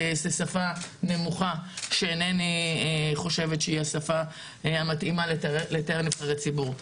שפה נמוכה שאינני חושבת שהיא השפה המתאימה לתאר נבחרת ציבור.